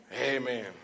Amen